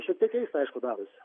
šiek tiek keista aišku darosi